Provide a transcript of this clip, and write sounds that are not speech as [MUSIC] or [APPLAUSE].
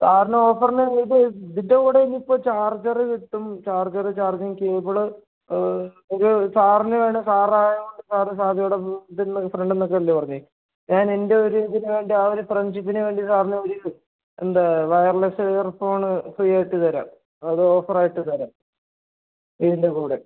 സാറിന് ഓഫറിന് ഇത് ഇതിൻ്റെ കൂടെ ഇനി ഇപ്പോൾ ചാർജറ് കിട്ടും ചാർജറ് ചാർജിംഗ് കേബിള് അത് ഒരു സാറിനുവേണ്ട സാറായതുകൊണ്ട് സാറ് [UNINTELLIGIBLE] ഇതുള്ള ഫ്രണ്ടെന്നൊക്കെ അല്ലെ പറഞ്ഞത് ഞാനെൻ്റെ ഒരിതിനുവേണ്ടി ആ ഒരു ഫ്രണ്ട്ഷിപ്പിനുവേണ്ടി സാറിന് ഒരു എന്താ വയർലെസ് ഇയർഫോണ് ഫ്രീയായിട്ട് തരാം അതോഫറായിട്ട് തരാം ഇതിൻ്റെ കൂടെ